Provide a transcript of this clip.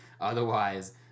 Otherwise